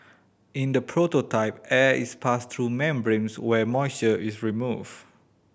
in the prototype air is passed through membranes where moisture is removed